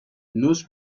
knows